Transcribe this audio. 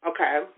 Okay